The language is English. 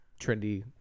trendy